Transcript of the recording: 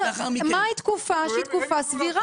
מהי תקופה שהיא תקופה סבירה?